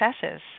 successes